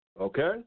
okay